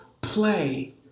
play